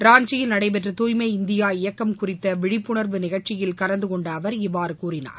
ராஞ்சியில் நடைபெற்ற தூய்மை இந்தியா இயக்கம் குறித்த விழிப்புணர்வு நிகழ்ச்சியில் கலந்துகொண்ட அவர் இவ்வாறு கூறினார்